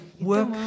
work